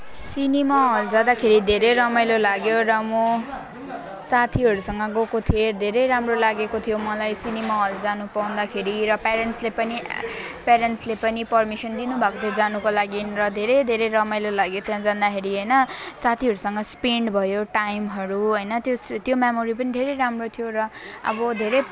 cinema hall जाँदाखेरि धेरै रमाइलो लाग्यो र म साथीहरूसँग गएको थिएँ धेरै राम्रो लागेको थियो मलाई सिनेमा हल जानु पाउँदाखेरि र पेरेन्ट्सले पनि पेरेन्ट्सले पनि पर्मिसन दिनुभएको थियो जानुको लागि र धेरै धेरै रमाइलो लाग्यो त्यहाँ जाँदाखेरि होइन साथीहरूसँग स्पेन्ड भयो टाइमहरू होइन त्यस त्यो मेमोरी पनि धेरै राम्रो थियो र अब धेरै